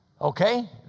Okay